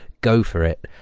go for it.